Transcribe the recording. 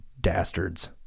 dastards